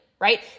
right